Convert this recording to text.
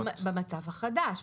במצב החדש,